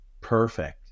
perfect